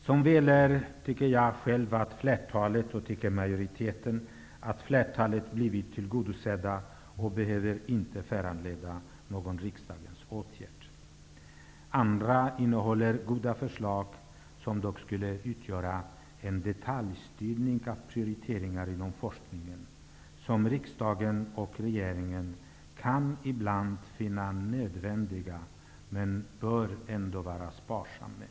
Som väl är har flertalet blivit tillgodosedda och behöver inte föranleda någon riksdagens åtgärd. Andra innehåller goda förslag som dock skulle utgöra en detaljstyrning av prioriteringar inom forskningen, som riksdagen och regeringen ibland kan finna nödvändig men bör vara sparsam med.